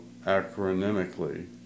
acronymically